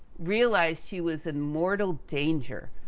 realized she was in mortal danger,